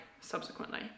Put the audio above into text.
subsequently